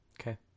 Okay